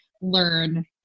learn